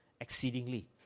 exceedingly